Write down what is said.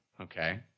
Okay